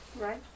right